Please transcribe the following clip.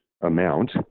amount